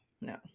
no